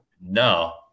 No